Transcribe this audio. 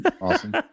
Awesome